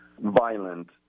violent